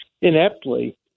ineptly